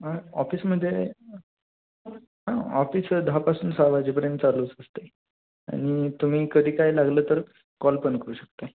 हां ऑफिसमध्ये हां ऑफिस दहापासून सहा वाजेपर्यंत चालूच असतंय आणि तुम्ही कधी काय लागलं तर कॉल पण करू शकता